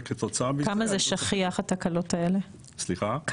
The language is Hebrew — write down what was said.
וכתוצאה מכך --- עד כמה התקלות האלה שכיחות?